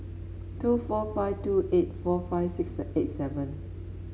two four five two eight four five six eight seven